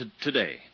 Today